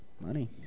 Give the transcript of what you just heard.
Money